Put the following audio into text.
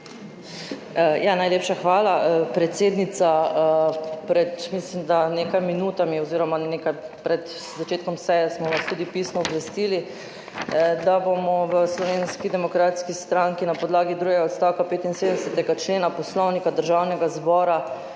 oziroma malo pred začetkom seje tudi pisno obvestili, da bomo v Slovenski demokratski stranki na podlagi drugega odstavka 75. člena Poslovnika Državnega zbora